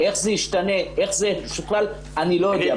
איך זה השתנה - אני לא יודע.